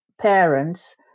parents